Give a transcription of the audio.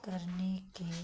करने के